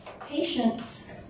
patients